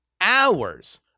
hours